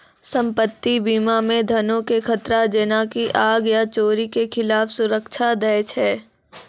सम्पति बीमा मे धनो के खतरा जेना की आग या चोरी के खिलाफ सुरक्षा दै छै